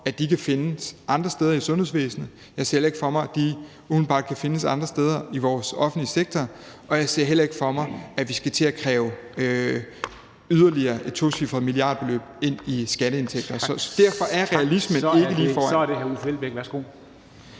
at de kan findes andre steder i sundhedsvæsenet; jeg ser heller ikke for mig, at de umiddelbart kan findes andre steder i vores offentlige sektor, og jeg ser heller ikke for mig, at vi skal til at kræve yderligere et tocifret milliardbeløb ind i skatteindtægter. Så derfor er realismen ikke lige foran. Kl. 10:48 Formanden (Henrik Dam